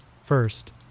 First